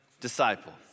disciple